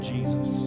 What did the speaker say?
Jesus